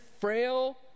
frail